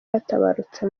yaratabarutse